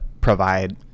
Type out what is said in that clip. provide